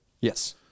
Yes